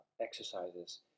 exercises